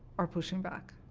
are pushing back.